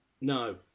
No